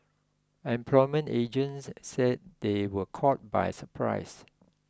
employment agents said they were caught by surprise